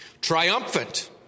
triumphant